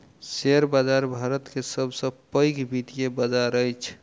share बाजार भारत के सब सॅ पैघ वित्तीय बजार अछि